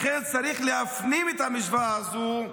לכן, צריך להפנים את המשוואה הזו,